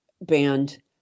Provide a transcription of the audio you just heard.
band